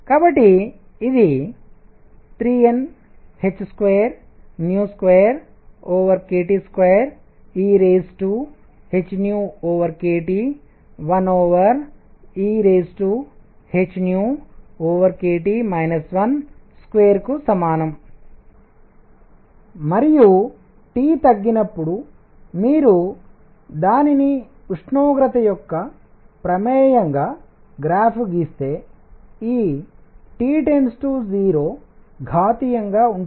కాబట్టి ఇది 3Nh22kT2ehkT1ehkT 12కు సమానం మరియు T తగ్గినప్పుడు మీరు దానిని ఉష్ణోగ్రత యొక్క ప్రమేయంగా గ్రాఫ్ గీస్తే ఈ T 0 ఘాతీయంగా ఉంటుంది